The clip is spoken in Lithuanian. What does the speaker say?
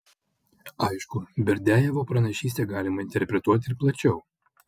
aišku berdiajevo pranašystę galima interpretuoti ir plačiau